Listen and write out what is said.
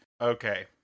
Okay